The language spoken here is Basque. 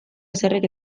asierrek